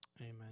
Amen